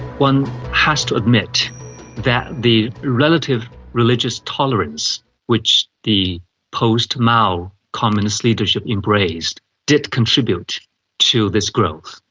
one has to admit that the relative religious tolerance which the post-mao communist leadership embraced did contribute to this growth.